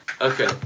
Okay